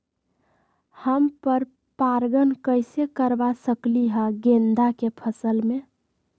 हम पर पारगन कैसे करवा सकली ह गेंदा के फसल में?